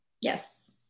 yes